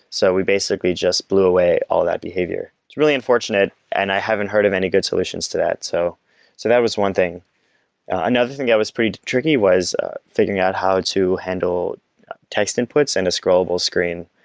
so we basically just blew away all that behavior. it's really unfortunate and i haven't heard of any good solutions to that. so so that was one thing another thing that was pretty tricky was figuring out how to handle text inputs and a scrollable screen.